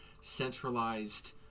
centralized